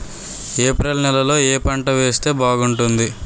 April నెలలో ఏ పంట వేస్తే బాగుంటుంది?